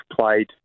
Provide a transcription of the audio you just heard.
played